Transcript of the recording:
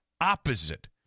opposite